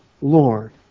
Lord